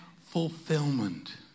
fulfillment